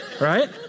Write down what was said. right